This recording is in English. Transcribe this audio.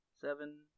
seven